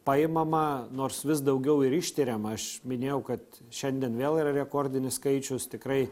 paimama nors vis daugiau ir ištiriama aš minėjau kad šiandien vėl yra rekordinis skaičius tikrai